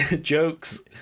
Jokes